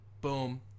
boom